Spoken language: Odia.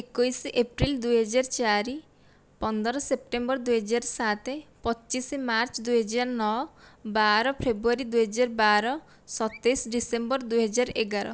ଏକୋଇଶ ଏପ୍ରିଲ ଦୁଇ ହଜାର ଚାରି ପନ୍ଦର ସେପ୍ଟେମ୍ବର ଦୁଇ ହଜାର ସାତ ପଚିଶ ମାର୍ଚ୍ଚ ଦୁଇ ହଜାର ନଅ ବାର ଫେବୃୟାରୀ ଦୁଇ ହଜାର ବାର ସତେଇଶ ଡିସେମ୍ବର ଦୁଇ ହଜାର ଏଗାର